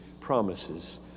promises